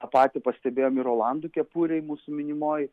tą patį pastebėjom ir olandų kepurėj mūsų minimoj